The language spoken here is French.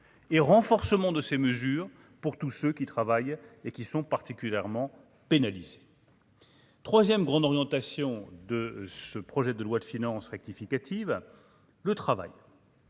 et renforcement de ses mesures pour tous ceux qui travaillent et qui sont particulièrement pénalisées 3ème grandes orientations de ce projet de loi de finances rectificative le travail.